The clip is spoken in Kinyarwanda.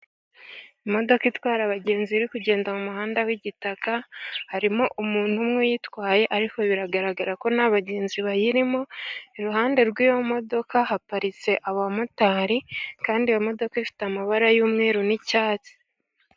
Imodoka itwara abagenzi iri kugenda mu muhanda w'igitaka, harimo umuntu umwe uyitwaye ariko biragaragara ko nta bagenzi bayirimo. Iruhande rw'iyo modoka haparitse abamotari, kandi iyo modoka ifite amabara y'umweru n'icyatsi.